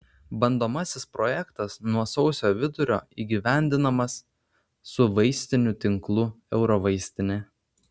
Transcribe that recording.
bandomasis projektas nuo sausio vidurio įgyvendinamas su vaistinių tinklu eurovaistinė